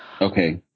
Okay